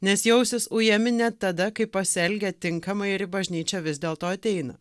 nes jausis ujami net tada kai pasielgia tinkamai ir į bažnyčią vis dėlto ateina